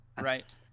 right